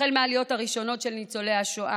החל מהעליות הראשונות של ניצולי השואה,